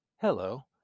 Hello